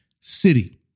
City